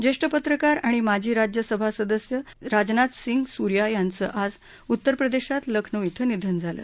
ज्येष्ठ पत्रकार आणि माजी राज्यसभा सदस्य राजनाथ सिंग सूर्या यांचं आज उत्तरप्रदेशात लखनो क्रें निधन झालं